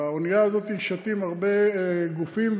באונייה הזאת שטים הרבה גופים,